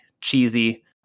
cheesy